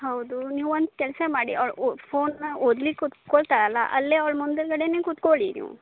ಹೌದು ನೀವು ಒಂದು ಕೆಲಸ ಮಾಡಿ ಅವ್ಳು ಓ ಫೋನ್ನಾ ಓದ್ಲಿಕ್ಕೆ ಕೂತ್ಕೋಳ್ತಾಳೆ ಅಲ್ಲ ಅಲ್ಲೇ ಅವ್ಳ ಮುಂದುಗಡೆನೇ ಕೂತ್ಕೊಳ್ಳಿ ನೀವು